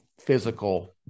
physical